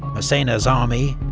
massena's army,